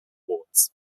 courts